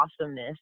awesomeness